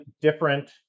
different